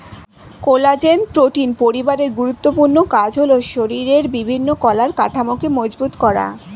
collagen protein পরিবারের গুরুত্বপূর্ণ কাজ হলো শরীরের বিভিন্ন কলার কাঠামোকে মজবুত করা